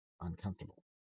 uncomfortable